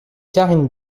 karine